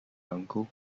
uncle